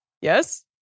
Yes